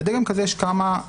לדגם כזה יש יתרונות,